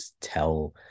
tell